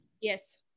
Yes